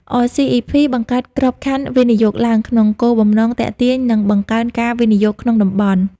អ សុី អុី ភី(RCEP) បង្កើតក្របខណ្ឌវិនិយោគឡើង ក្នុងគោលបំណងទាក់ទាញ និងបង្កើនការវិនិយោគក្នុងតំបន់។